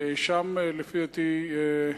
ששם, לפי דעתי,